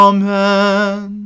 Amen